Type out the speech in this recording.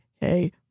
hey